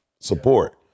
support